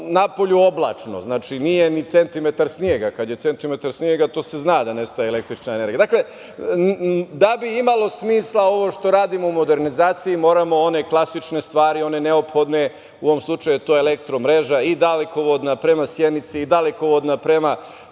napolju oblačno, nije ni centimetar snega. Kad je centimetar snega zna se da nestaje električna energija. Dakle, da bi imalo smisla ovo što radimo u modernizaciji, moramo one klasične stvari, one neophodne, u ovom slučaju to je elektro mreža i dalekovodna prema Sjenici i dalekovodna prema